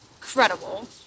incredible